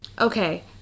Okay